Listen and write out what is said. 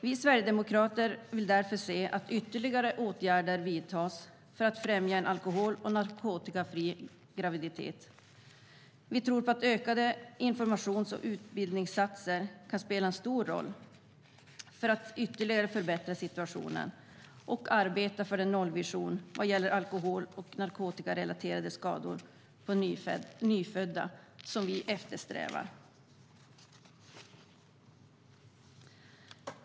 Vi sverigedemokrater vill därför se att ytterligare åtgärder vidtas för att främja en alkohol och narkotikafri graviditet. Vi tror att ökade informations och utbildningsinsatser kan spela en stor roll för att ytterligare förbättra situationen och arbeta för den nollvision som vi eftersträvar vad gäller alkohol och narkotikarelaterade skador på nyfödda.